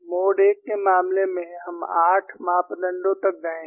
mode 1 के मामले में हम 8 मापदंडों तक गए हैं